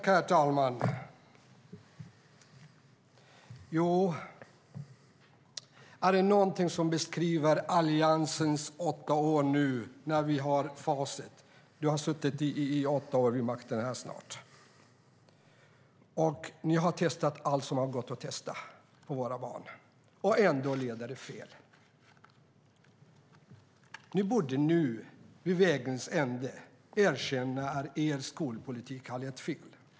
Herr talman! Vi har nu facit på Alliansens åtta år. Jan Björklund har snart suttit åtta år vid makten. Ni har testat allt som har gått att testa på våra barn, och ändå leder det fel. Ni borde nu, vid vägens ände, erkänna att er skolpolitik har lett fel.